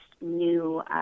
new